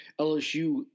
LSU